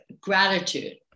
gratitude